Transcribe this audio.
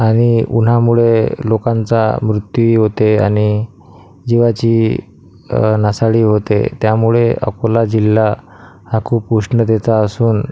आणि उन्हामुळे लोकांचा मृत्यूही होते आणि जिवाची नासाडी होते त्यामुळे अकोला जिल्हा हा खूप उष्णतेचा असून